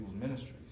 ministries